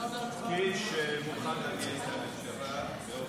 וגם המציעה.